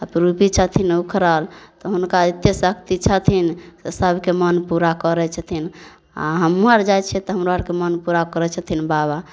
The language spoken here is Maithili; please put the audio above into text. अपरूपी छथिन उखड़ल तऽ हुनका एतेक शक्ति छथिन से सभके मन पूरा करै छथिन आओर हमहूँ आओर जाइ छिए तऽ हमरो आओरके मन पूरा करै छथिन बाबा